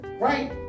Right